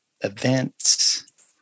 Events